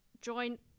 Join